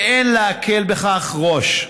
ואין להקל בכך ראש.